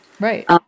Right